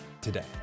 today